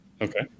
Okay